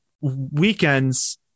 weekends